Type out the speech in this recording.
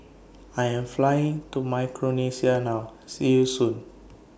I Am Flying to Micronesia now See YOU Soon